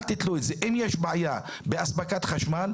אם יש בעיה באספקת חשמל,